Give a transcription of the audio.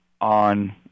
on